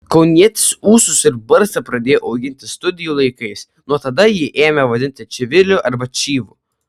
kaunietis ūsus ir barzdą pradėjo auginti studijų laikais nuo tada jį ėmė vadinti čiviliu arba čyvu